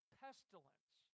pestilence